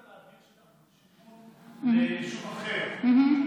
המליצה להעביר שטח שיפוט ליישוב אחר,